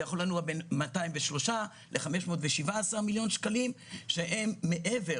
זה יכול לנוע בין 203 ל-517 מיליון שקלים שהם מעבר